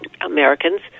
Americans